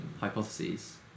hypotheses